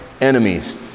enemies